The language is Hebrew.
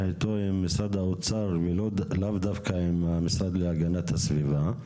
עם משרד האוצר ולאו דווקא עם המשרד להגנת הסביבה.